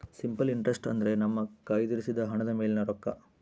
simple interest ಅಂದ್ರೆ ನಮ್ಮ ಕಯ್ದಿರಿಸಿದ ಹಣದ ಮೇಲಿನ ರೊಕ್ಕ